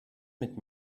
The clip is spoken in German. mit